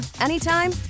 anytime